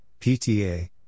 pta